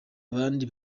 abandi